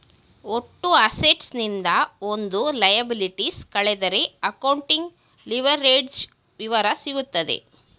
ಒಟ್ಟು ಅಸೆಟ್ಸ್ ನಿಂದ ಒಟ್ಟು ಲಯಬಲಿಟೀಸ್ ಕಳೆದರೆ ಅಕೌಂಟಿಂಗ್ ಲಿವರೇಜ್ಡ್ ವಿವರ ಸಿಗುತ್ತದೆ